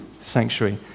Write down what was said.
sanctuary